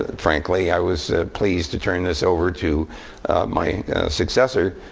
ah frankly, i was pleased to turn this over to my successor,